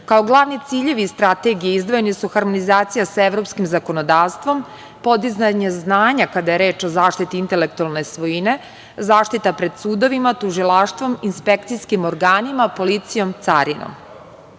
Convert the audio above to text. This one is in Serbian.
Kao glavni ciljevi strategije su izdvojeni harmonizacija sa evropskim zakonodavstvom, podizanje znanja kada je reč o zaštiti intelektualne svojine, zaštita pred sudovima, tužilaštvom, inspekcijskim organima, policijom, carinom. Povrede